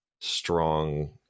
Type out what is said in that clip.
strong